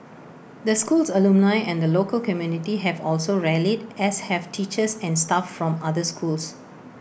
the school's alumni and the local community have also rallied as have teachers and staff from other schools